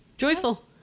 Joyful